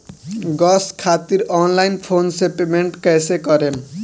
Gas खातिर online phone से payment कैसे करेम?